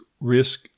risk